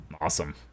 Awesome